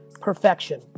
perfection